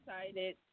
excited